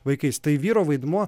vaikais tai vyro vaidmuo